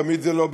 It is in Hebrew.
תמיד זה לא בסדר.